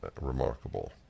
remarkable